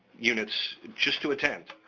units just to attend.